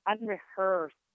unrehearsed